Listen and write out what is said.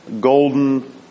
golden